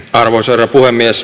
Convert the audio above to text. arvoisa herra puhemies